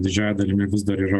didžiąja dalimi vis dar yra